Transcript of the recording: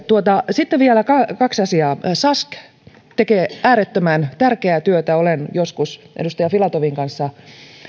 sitten vielä kaksi asiaa sask tekee äärettömän tärkeää työtä olen joskus edustaja filatovin kanssa